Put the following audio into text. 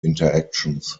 interactions